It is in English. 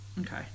okay